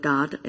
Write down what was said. God